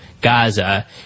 Gaza